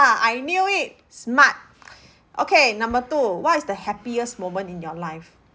I knew it smart okay number two what is the happiest moment in your life